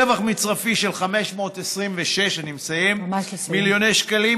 רווח מצרפי של 526 מיליון שקלים